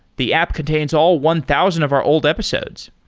the app contains all one thousand of our old episodes.